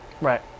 Right